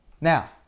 Now